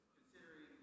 considering